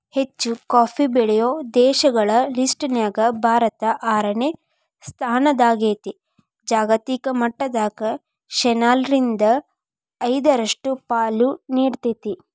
ಹೆಚ್ಚುಕಾಫಿ ಬೆಳೆಯೋ ದೇಶಗಳ ಲಿಸ್ಟನ್ಯಾಗ ಭಾರತ ಆರನೇ ಸ್ಥಾನದಾಗೇತಿ, ಜಾಗತಿಕ ಮಟ್ಟದಾಗ ಶೇನಾಲ್ಕ್ರಿಂದ ಐದರಷ್ಟು ಪಾಲು ನೇಡ್ತೇತಿ